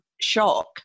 shock